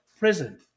Prison